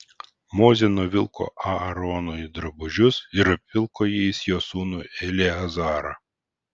mozė nuvilko aaronui drabužius ir apvilko jais jo sūnų eleazarą